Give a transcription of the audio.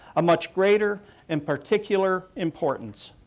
a much greater and particular importance.